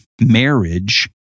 marriage